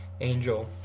angel